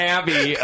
Abby